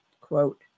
quote